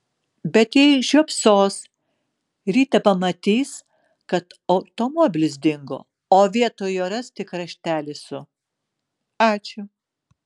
bet jei žiopsos rytą pamatys kad automobilis dingo o vietoj jo ras tik raštelį su ačiū